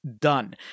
Done